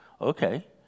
Okay